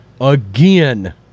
again